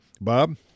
Bob